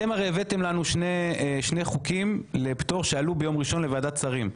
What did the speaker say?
אתם הרי הבאתם לנו שני חוקים לפטור שעלו ביום ראשון לוועדת שרים.